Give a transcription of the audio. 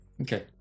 okay